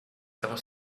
ever